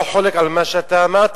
ואני לא חולק על מה שאתה אמרת.